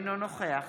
אינו נוכח